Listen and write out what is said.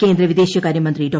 കേന്ദ്ര വിദേശകാര്യ മന്ത്രി ഡോ